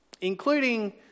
Including